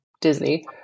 Disney